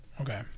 Okay